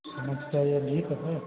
ख़र्चा यह अधिक है